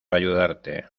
ayudarte